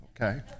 okay